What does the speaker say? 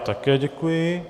Také děkuji.